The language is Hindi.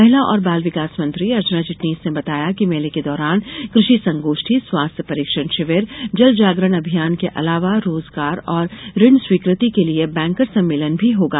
महिला और बाल विकास मंत्री अर्चना चिटनीस ने बताया कि मेले के दौरान कृषि संगोष्ठी स्वास्थ्य परीक्षण शिविर जल जागरण अभियान के अलावा रोजगार और ऋण स्वीकृति के लिए बैंकर सम्मेलन भी होगा